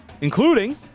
including